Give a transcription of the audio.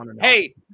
hey